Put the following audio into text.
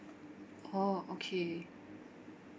orh okay